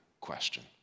question